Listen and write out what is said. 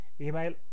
email